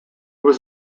was